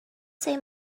say